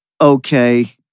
okay